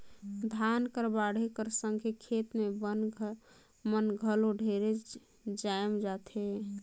धान कर बाढ़े कर संघे खेत मे बन मन घलो ढेरे जाएम जाथे